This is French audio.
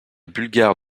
bulgare